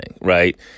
right